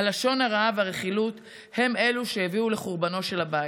הלשון הרעה והרכילות הם אלו שהביאו לחורבנו של הבית.